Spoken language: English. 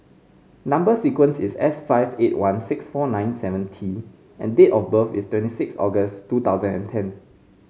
number sequence is S five eight one six four nine seven T and date of birth is twenty six August two thousand and ten